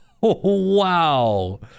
wow